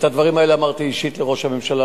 את הדברים האלה אמרתי אישית לראש הממשלה.